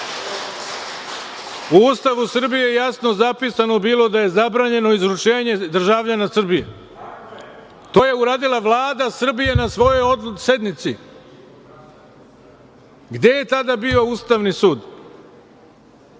U Ustavu Srbije je jasno zapisano bilo da je zabranjeno izručenje državljana Srbije. To je uradila Vlada Srbije na svojoj sednici. Gde je tada bio Ustavni